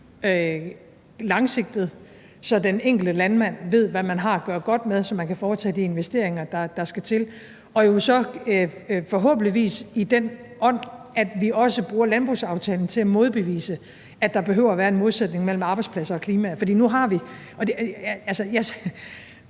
langsigtet, så den enkelte landmand ved, hvad man har at gøre godt med, og så man kan foretage de investeringer, der skal til, og jo så forhåbentlig i den ånd, at vi også bruger landbrugsaftalen til at modbevise, at der behøver at være en modsætning mellem arbejdspladser og klimaet. Jeg synes, det